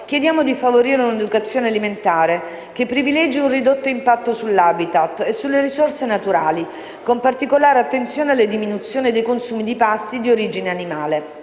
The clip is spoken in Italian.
chiediamo di favorire un'educazione alimentare che privilegi un ridotto impatto sull'*habitat* e sulle risorse naturali, con particolare attenzione alla diminuzione dei consumi di pasti di origine animale.